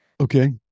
Okay